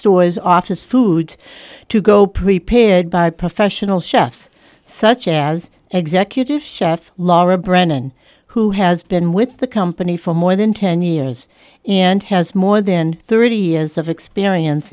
stores office food to go prepared by professional chefs such as executive chef laura brennan who has been with the company for more than ten years and has more than thirty years of experience